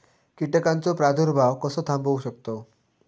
कीटकांचो प्रादुर्भाव कसो थांबवू शकतव?